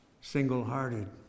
single-hearted